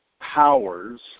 powers